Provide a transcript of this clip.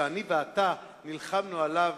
שאני ואתה נלחמנו עליו